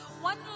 One